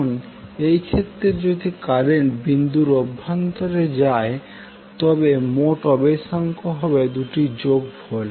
এখন এই ক্ষেত্রে যদি কারেন্ট বিন্দুর অভ্যন্তরে যায় এবং তবে মোট আবেশাঙ্ক হবে দুটির যোগফল